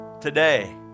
today